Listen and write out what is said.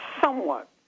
somewhat